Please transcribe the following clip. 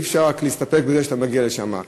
אי-אפשר להסתפק בזה שאתה מגיע לשם.